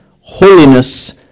holiness